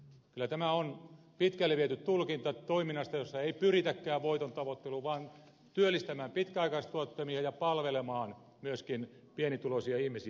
kyllä tämä on pitkälle viety tulkinta toiminnasta jossa ei pyritäkään voiton tavoitteluun vaan työllistämään pitkäaikaistyöttömiä ja palvelemaan myöskin pienituloisia ihmisiä